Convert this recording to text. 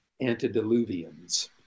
Antediluvians